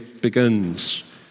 begins